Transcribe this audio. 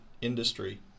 industry